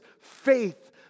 faith